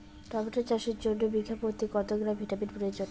Tomato চাষের জন্য বিঘা প্রতি কত গ্রাম ভিটামিন প্রয়োজন?